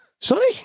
Sorry